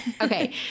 Okay